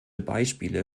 beispiele